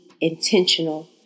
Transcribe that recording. intentional